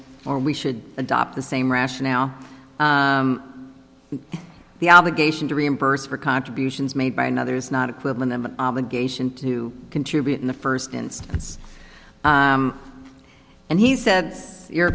or we should adopt the same rationale the obligation to reimburse for contributions made by another is not equivalent of an obligation to contribute in the first instance and he says your